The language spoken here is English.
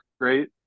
great